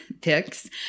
picks